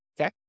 Okay